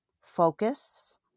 Focus